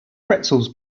pretzels